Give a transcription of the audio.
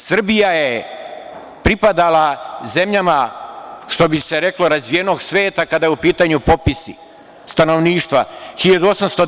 Srbija je pripadala zemljama, što bi se reklo, razvijenog sveta, kada je u pitanju popis stanovništva.